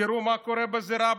תראו מה קורה בזירה הבין-לאומית: